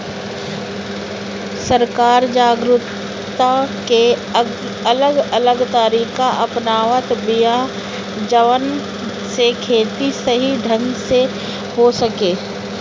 सरकार जागरूकता के अलग अलग तरीका अपनावत बिया जवना से खेती सही ढंग से हो सके